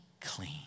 clean